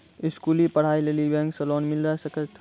स्कूली पढ़ाई लेली बैंक से लोन मिले सकते?